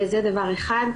זה דבר אחד.